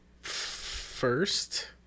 first